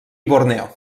borneo